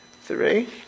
three